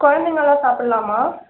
கொழந்தைங்கள்லாம் சாப்புடல்லாமா